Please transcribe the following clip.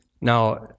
Now